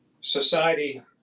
society